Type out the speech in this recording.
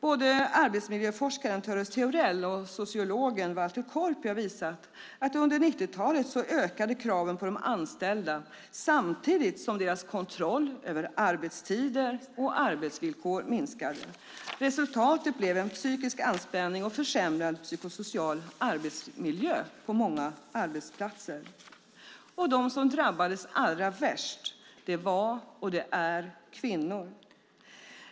Både arbetsmiljöforskaren Töres Theorell och sociologen Walter Korpi har visat att under 90-talet ökade kraven på de anställda samtidigt som deras kontroll över arbetstider och arbetsvillkor minskade. Resultatet blev en psykisk anspänning och försämrad psykosocial arbetsmiljö på många arbetsplatser. De som drabbades allra värst var kvinnor - och det är kvinnor.